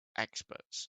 experts